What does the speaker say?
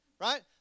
right